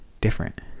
different